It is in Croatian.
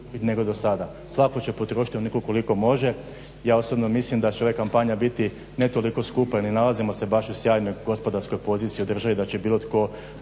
svatko će potrošiti onoliko koliko može. Ja osobno mislim da će ova kampanja biti ne toliko skupa, ne nalazimo se baš u sjajnoj gospodarskoj poziciji u državi da će bilo tko